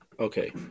Okay